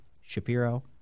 Shapiro